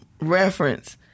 reference